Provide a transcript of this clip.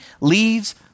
leaves